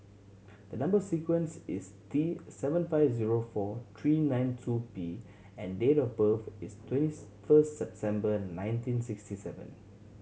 the number sequence is T seven five zero four three nine two P and date of birth is twentieth first September nineteen sixty seven